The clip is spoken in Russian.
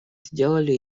сделали